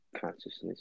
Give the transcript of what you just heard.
consciousness